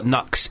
Nux